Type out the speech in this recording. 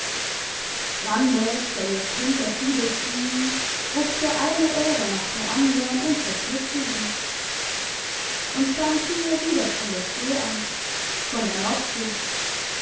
randers der jetzt hinter fides ging rupfte eine ähre nach der andern und zerpflückte sie und dann fing er wieder von der see an von der nordsee